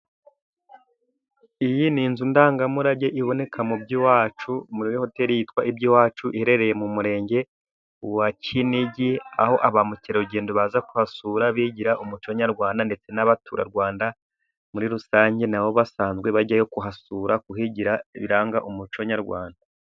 Iyi ni inzu ndangamurage iboneka mu by'iwacu muri hoteli yitwa iby'iwacu, iherereye mu murenge wa kinigi aho ba mukerarugendo baza kuhasura bigira umuco nyarwanda ndetse n'abaturarwanda muri rusange nabo basanzwe bajyayo kuhasura kuhigira biranga umuco nyarwanda.